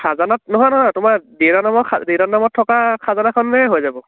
খাজানাত নহয় নহয় তোমাৰ দেউতাৰ নামৰ দেউতাৰ নামত থকা খাজানাখনেই হৈ যাব